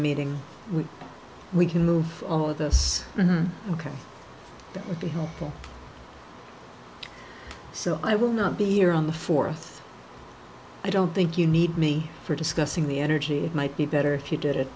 meeting where we can move all of us ok that would be helpful so i will not be here on the fourth i don't think you need me for discussing the energy might be better if you did it